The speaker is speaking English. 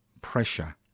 pressure